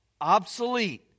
obsolete